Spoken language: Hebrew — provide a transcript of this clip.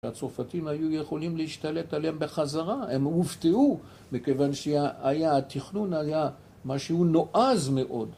הצרפתים היו יכולים להשתלט עליהם בחזרה, הם הופתעו, מכיוון שהיה... התכנון היה משהו נועז מאוד